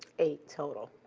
eight total.